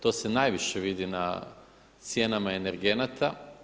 To se najviše vidi na cijenama energenata.